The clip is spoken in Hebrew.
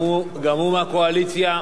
גם הוא מהקואליציה,